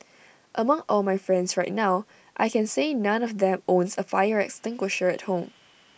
among all my friends right now I can say none of them owns A fire extinguisher at home